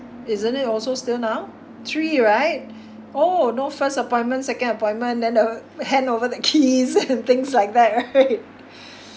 isn't it also still now three right oh no first appointment second appointment then uh hand over the keys and things like that right